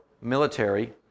military